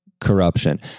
corruption